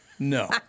No